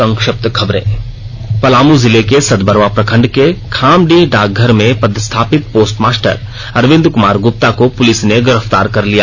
संक्षिप्त खबरें पलामू जिले के सतबरवा प्रखंड के खामडीह डाकघर में पदस्थापित पोस्ट मास्टर अरविंद कुमार गुप्ता को पुलिस ने गिरफ्तार कर लिया